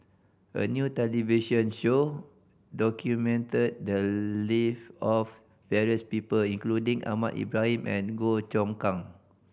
a new television show documented the live of various people including Ahmad Ibrahim and Goh Choon Kang